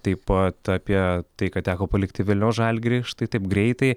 taip pat apie tai kad teko palikti vilniaus žalgirį štai taip greitai